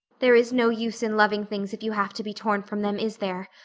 there is no use in loving things if you have to be torn from them, is there?